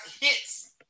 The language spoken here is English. hits